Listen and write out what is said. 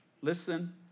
Listen